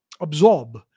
absorb